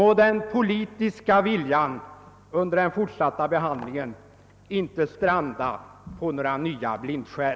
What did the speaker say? Må den politiska viljan under den fortsatta behandlingen inte stranda på några nya blindskär!